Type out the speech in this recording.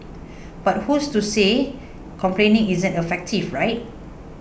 but who's to say complaining isn't effective right